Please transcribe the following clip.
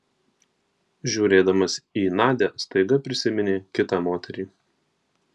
žiūrėdamas į nadią staiga prisiminė kitą moterį